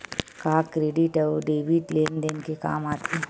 का क्रेडिट अउ डेबिट लेन देन के काम आथे?